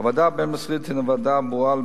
הוועדה הבין-משרדית הינה ועדה קבועה,